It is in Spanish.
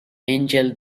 angel